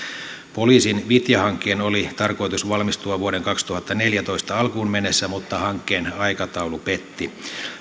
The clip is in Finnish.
poliisin vitja hankkeen oli tarkoitus valmistua vuoden kaksituhattaneljätoista alkuun mennessä mutta hankkeen aikataulu petti